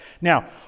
Now